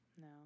No